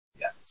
Yes